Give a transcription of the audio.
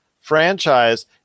franchise